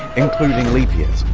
including leap years.